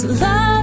love